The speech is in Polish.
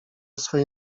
swej